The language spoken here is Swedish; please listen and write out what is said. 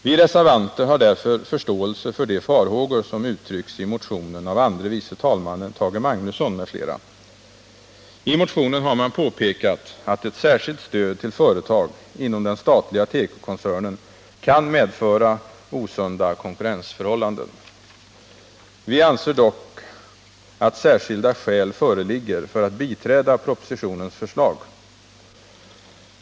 Vi reservanter har därför förståelse för de farhågor som uttrycks i motionen av andre vice talmannen Tage Magnusson m.fl. I motionen har man påpekat att ett särskilt stöd till företag inom den statliga tekokoncernen kan medföra osunda konkurrensförhållanden. Vi anser dock att särskilda skäl föreligger för att biträda propositionens förslag.